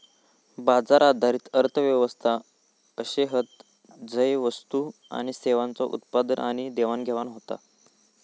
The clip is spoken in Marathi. बाजार आधारित अर्थ व्यवस्था अशे हत झय वस्तू आणि सेवांचा उत्पादन आणि देवाणघेवाण होता